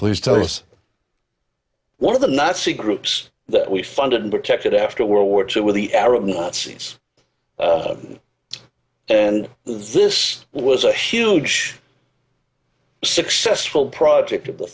please tell us one of the nazi groups that we funded and protected after world war two were the arab nazis and this was a huge successful project of the